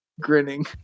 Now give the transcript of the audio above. grinning